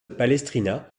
palestrina